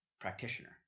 practitioner